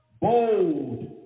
bold